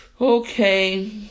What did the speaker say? Okay